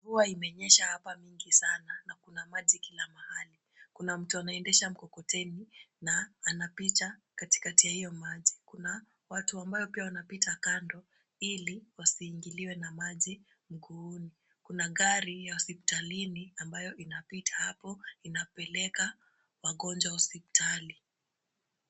Mvua imenyesha hapa mingi sana na kuna maji kila mahali. Kuna mtu anaendesha mkokoteni na anapita katikati ya hiyo maji. Kuna watu ambayo pia wanapita kando ili wasiingiliwe na maji mguuni. Kuna gari ya hospitalini ambayo inapita hapo inapeleka wagonjwa hospitali.